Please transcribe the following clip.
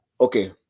okay